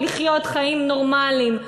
לחיות חיים נורמליים.